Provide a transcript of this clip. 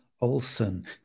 Olson